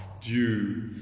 due